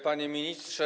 Panie Ministrze!